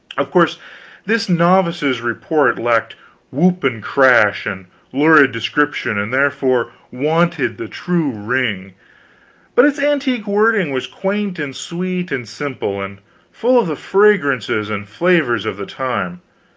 of course this novice's report lacked whoop and crash and lurid description, and therefore wanted the true ring but its antique wording was quaint and sweet and simple, and full of the fragrances and flavors of the time,